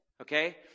okay